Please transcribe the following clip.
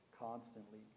constantly